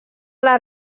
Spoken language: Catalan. les